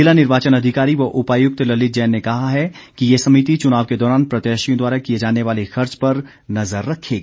जिला निर्वाचन अधिकारी व उपायुक्त ललित जैन ने कहा है कि ये समिति चुनाव के दौरान प्रत्याशियों द्वारा किए जाने वाले खर्च पर नज़र रखेगी